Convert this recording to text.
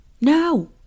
no